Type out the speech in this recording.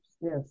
Yes